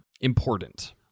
important